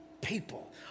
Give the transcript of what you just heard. people